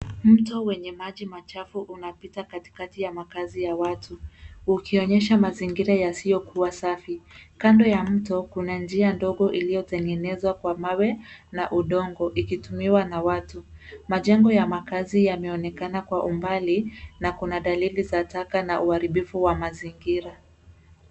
Mto wenye maji machafu unapita katikati ya makazi ya watu, ukionyesha mazingira yasiyokuwa safi. Kando ya mto kuna njia ndogo iliyotengenezwa kwa mawe na udongo ikitumiwa na watu. Majengo ya makazi yameonekana kwa umbali na kuna dalili za taka na uharibifu wa mazingira.